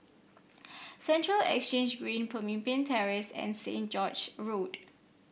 Central Exchange Green Pemimpin Terrace and St George's Road